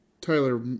Tyler